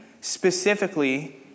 specifically